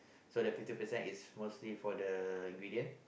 so that fifty percent is mostly for the ingredient